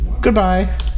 Goodbye